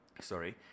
Sorry